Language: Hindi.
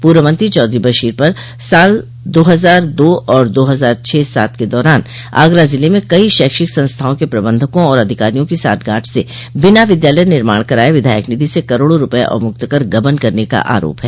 पूर्व मंत्री चौधरी बशीर पर साल दो हजार दो और दो हजार छह सात के दौरान आगरा जिले में कई शैक्षिक संस्थाओं के प्रबंधकों और अधिकारियों की सांठगांठ से बिना विद्यालय निर्माण कराये विधायक निधि से करोड़ों रूपये अवमुक्त कर गबन करने का आरोप है